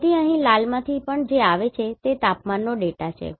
તેથી અહીં લાલમાંથી જે પણ આવે છે તે તાપમાનનો ડેટા છે